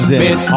miss